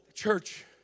Church